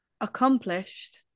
accomplished